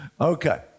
Okay